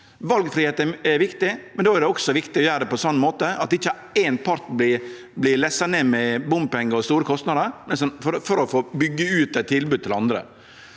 Valfridom er viktig, men då er det også viktig å gjere det på ein sånn måte at ikkje éin part vert lessa ned med bompengar og store kostnader for å få bygd ut eit tilbod til andre.